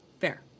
Fair